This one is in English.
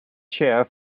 chair